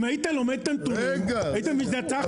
אם היית לומד את הנתונים היית --- רגע,